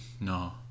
no